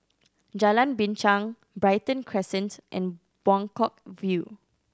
Jalan Binchang Brighton Crescent and Buangkok View